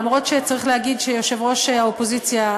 למרות שצריך להגיד שיושב-ראש האופוזיציה,